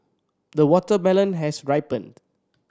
the watermelon has ripened